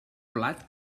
blat